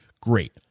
great